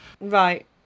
Right